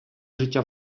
життя